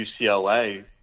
UCLA